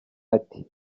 ati